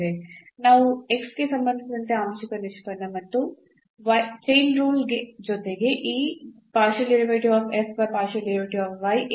ನಾವು ಗೆ ಸಂಬಂಧಿಸಿದಂತೆ ಆಂಶಿಕ ನಿಷ್ಪನ್ನವನ್ನು ಮತ್ತು ಚೈನ್ ರೂಲ್ ಜೊತೆಗೆ ಈ ಅನ್ನು ಪಡೆಯುತ್ತೇವೆ